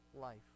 life